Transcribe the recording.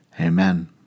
Amen